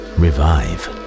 revive